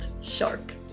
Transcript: Shark